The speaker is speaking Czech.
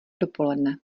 dopoledne